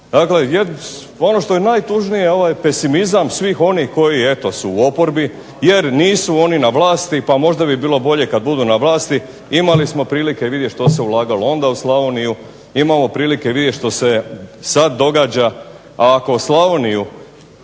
Dakle, ono što je najtužnije je ovaj pesimizam svih onih koji eto su u oporbi jer nisu oni na vlasti, pa možda bi bilo bolje kad budu na vlasti imali smo prilike vidjeti što se ulagalo onda u Slavoniju. Imamo prilike vidjeti što se sad događa. A ako Slavoniju